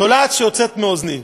תולעת שיוצאת מאוזני.